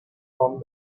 font